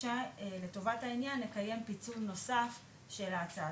כשלטובת העניין נקיים פיצול נוסף של ההצעה.